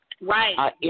Right